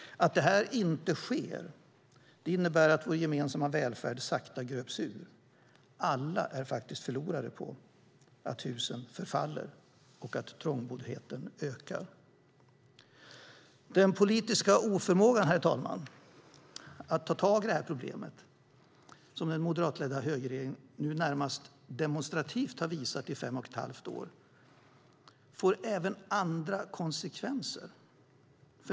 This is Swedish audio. Att detta inte sker innebär att vår gemensamma välfärd sakta gröps ur. Alla förlorar på att husen förfaller och att trångboddheten ökar. Den politiska oförmågan, herr talman, att ta tag i det problem som den moderatledda högerregeringen nu närmast demonstrativt visat i fem och ett halvt år får även andra konsekvenser.